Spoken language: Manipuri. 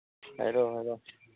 ꯍꯥꯏꯔꯛꯑꯣ ꯍꯥꯏꯔꯛꯑꯣ